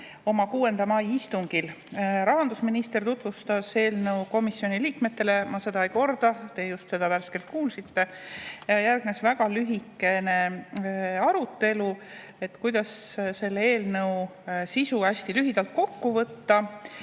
oma 6. mai istungil. Rahandusminister tutvustas eelnõu komisjoni liikmetele. Ma seda ei korda, te just kuulsite seda värskelt. Järgnes väga lühikene arutelu sellest, kuidas eelnõu sisu hästi lühidalt kokku võtta,